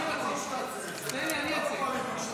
כנסת נכבדה, זהו, אני יכול ללכת?